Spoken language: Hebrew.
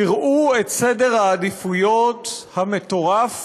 תראו את סדר העדיפויות המטורף